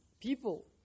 people